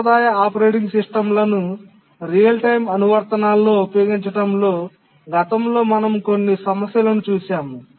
సాంప్రదాయ ఆపరేటింగ్ సిస్టమ్లను real time అనువర్తనాల్లో ఉపయోగించడంలో గతంలో మనం కొన్ని సమస్యలను చూశాము